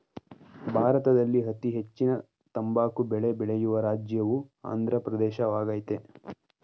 ಭಾರತದಲ್ಲಿ ಅತೀ ಹೆಚ್ಚಿನ ತಂಬಾಕು ಬೆಳೆ ಬೆಳೆಯುವ ರಾಜ್ಯವು ಆಂದ್ರ ಪ್ರದೇಶವಾಗಯ್ತೆ